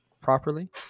properly